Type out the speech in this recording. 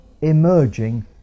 emerging